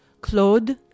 Claude